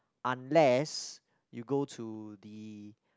unless you go to the